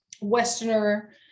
Westerner